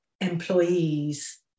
employees